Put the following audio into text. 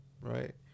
right